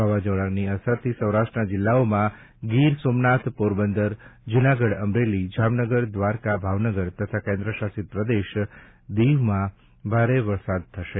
વાવાઝોડાની અસરથી સૌરાષ્ટ્રના જિલ્લાઓમાં ગીરસોમનાથ પોરબંદર જૂનાગઢ અમરેલી જામનગર દ્વારકા ભાવનગર તથા કેન્દ્રશાસિત પ્રદેશ દિવમાં ભારે વરસાદ થશે